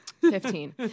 Fifteen